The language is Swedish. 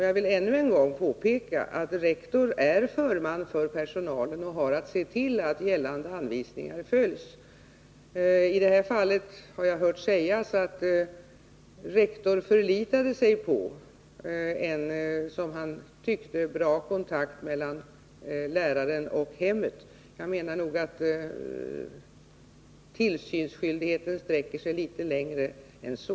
Jag vill ännu en gång påpeka att rektor är förman för personalen och har att se till att gällande anvisningar följs. I detta fall har jag hört sägas att rektor förlitade sig på en som han tyckte bra kontakt mellan läraren och hemmet. Jag menar nog att tillsynsskyldigheten sträcker sig litet längre än så.